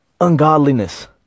ungodliness